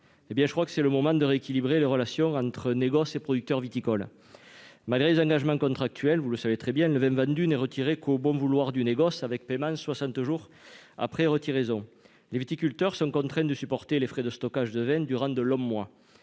me semble que c'est aussi le moment de rééquilibrer les relations entre acteurs du négoce et producteurs viticoles. Malgré les engagements contractuels, comme vous le savez très bien, le vin vendu n'est retiré qu'au bon vouloir du négoce, avec paiement soixante jours après retiraison. Les viticulteurs sont contraints de supporter les frais de stockage de vin durant de longs mois.